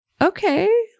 okay